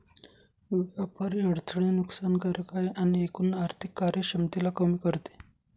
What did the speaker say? व्यापारी अडथळे नुकसान कारक आहे आणि एकूण आर्थिक कार्यक्षमतेला कमी करते